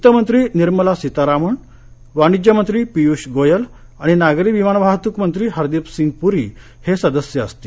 वित्तमंत्री निर्मला सीतारमण वाणिज्यमंत्री पियूष गोयल आणि नागरी विमान वाहत्कमंत्री हरदीपसिंग पूरी सदस्य असतील